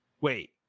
wait